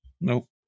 Nope